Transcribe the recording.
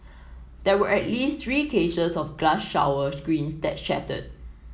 there were at least three cases of glass shower screens that shattered